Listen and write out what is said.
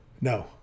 No